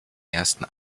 ersten